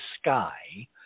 Sky